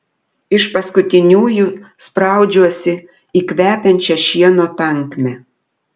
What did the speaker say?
iš paskutiniųjų spraudžiuosi į kvepiančią šieno tankmę